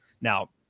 Now